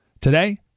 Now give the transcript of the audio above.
Today